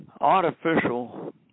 artificial